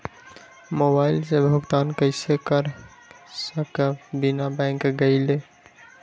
Mobile के भुगतान कईसे कर सकब बिना बैंक गईले?